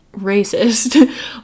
racist